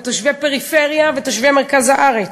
בתושבי פריפריה ובתושבי מרכז הארץ.